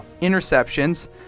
interceptions